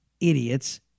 idiots